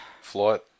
Flight